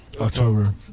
October